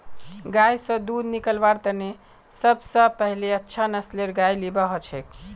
गाय स दूध निकलव्वार तने सब स पहिले अच्छा नस्लेर गाय लिबा हछेक